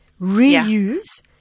reuse